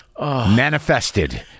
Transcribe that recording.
Manifested